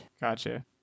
Gotcha